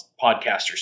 podcasters